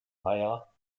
mayer